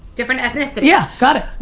different ethnicity. yeah, got it.